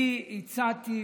אני הצעתי,